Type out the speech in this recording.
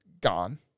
gone